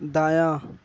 دایاں